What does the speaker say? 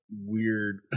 Weird